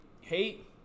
hate